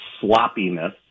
sloppiness